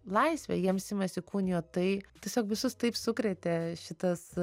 laisvę jiems simas įkūnijo tai tiesiog visus taip sukrėtė šitas